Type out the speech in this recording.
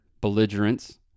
belligerents